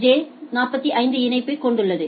J 45 இணைப்பைக் கொண்டுள்ளது